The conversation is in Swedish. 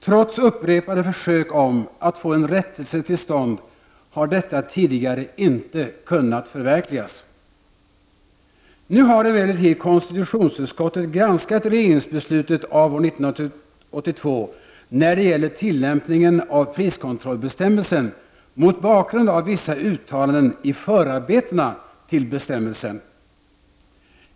Trots upprepade försök att få en rättelse till stånd har detta tidigare inte kunnat förverkligas. Nu har emellertid konstitutionsutskottet granskat regeringsbeslutet av år 1982 när det gäller tillämpningen av priskontrollbestämmelsen mot bakgrund av vissa uttalanden i förarbetena till bestämmelsen.